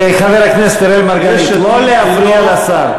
חבר הכנסת אראל מרגלית, לא להפריע לשר.